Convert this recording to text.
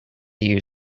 you